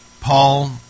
Paul